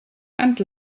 and